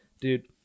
Dude